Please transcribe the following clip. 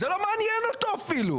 זה לא מעניין אותו אפילו.